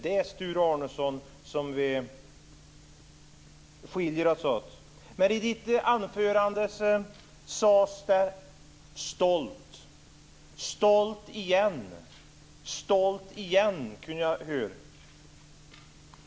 Det är där som vi skiljer oss åt, Sture I sitt anförande lät Sture Arnesson stolt.